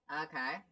Okay